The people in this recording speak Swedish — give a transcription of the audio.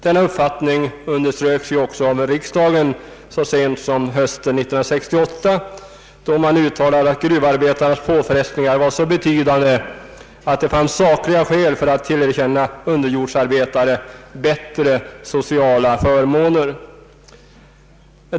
Denna uppfattning underströks också av riksdagen, vilken så sent som hösten 1968 uttalade att gruvarbetarnas påfrestningar var så betydande att det fanns sakliga skäl för att tillerkänna underjordsarbetare bättre sociala förmåner.